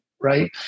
right